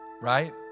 Right